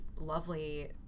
lovely